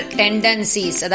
tendencies